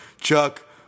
Chuck